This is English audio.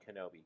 Kenobi